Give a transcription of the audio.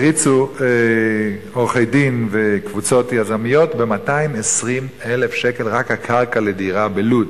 והריצו עורכי-דין וקבוצות יזמיות ב-220,000 שקלים רק הקרקע לדירה בלוד.